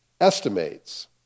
estimates